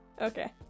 Okay